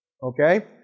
Okay